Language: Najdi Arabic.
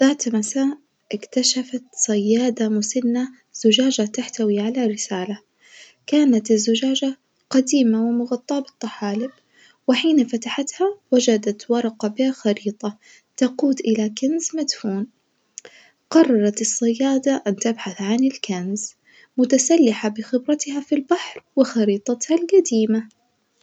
ذات مساء اكتشفت صيادة مسنة زجاجة تحتوي على رسالة، كانت الزجاجة قديمة ومغطاة بالطحالب وحين فتحتها وجدت ورقة بها خريطة تقود إلى كنز مدفون، قررت الصيادة أن تبحث عن الكنز متسلحة بخبرتها في البحر وخريطتها الجديمة.